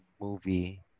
movie